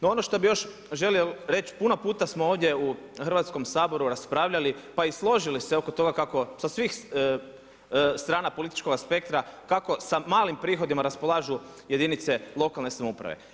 No ono što bi još želio reći, puno puta smo ovdje u Hrvatskom saboru raspravljali pa i složili se oko toga kako sa svih strana političkoga spektra kako sa malim prihodima raspolažu jedinice lokalne samouprave.